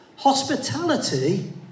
Hospitality